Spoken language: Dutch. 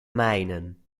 mijnen